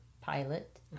pilot